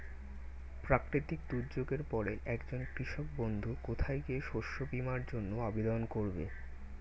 প্রাকৃতিক দুর্যোগের পরে একজন কৃষক বন্ধু কোথায় গিয়ে শস্য বীমার জন্য আবেদন করবে?